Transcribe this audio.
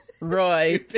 Roy